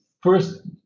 first